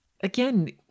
again